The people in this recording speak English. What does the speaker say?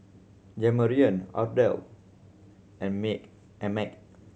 Jamarion Ardell and and Meg